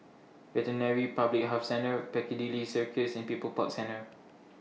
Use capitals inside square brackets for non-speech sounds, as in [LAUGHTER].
[UNINTELLIGIBLE] Public Health Centre Piccadilly Circus and People's Park Centre